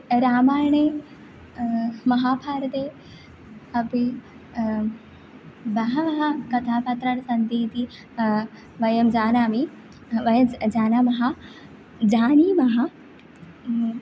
रामायणे महाभारते अपि बहवः कथापात्राणि सन्ति इति वयं जानामि वयं ज् जानीमः जानीमः